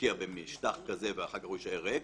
להשקיע במשטח כזה ואחר כך הוא יישאר ריק.